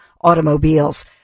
Automobiles